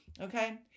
Okay